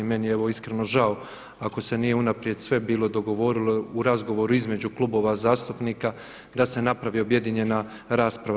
Meni je evo iskreno žao ako se nije unaprijed sve bilo dogovorilo u razgovoru između klubova zastupnika da se napravi objedinjena rasprava.